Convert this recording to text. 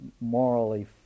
morally